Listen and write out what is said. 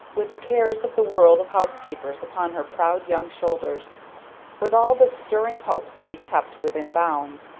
with the cares of the world of house-keepers upon her proud young shoulders with all the stirring hopes to be kept within bounds,